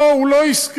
לא, הוא לא הסכים.